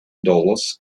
dollars